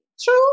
True